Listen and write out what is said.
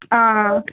हां